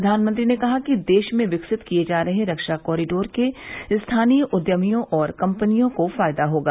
प्रधानमंत्री ने कहा कि देश में विकसित किये जा रहे रक्षा कोरिडार से स्थानीय उदयमियों और कम्पनियों को फायदा होगा